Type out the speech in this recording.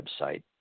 website